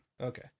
Okay